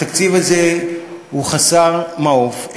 התקציב הזה חסר מעוף,